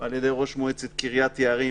ועל ידי ראש מועצת קריית יערים,